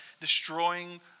destroying